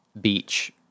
beach